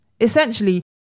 essentially